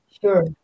sure